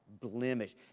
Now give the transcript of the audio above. blemish